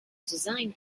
design